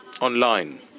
online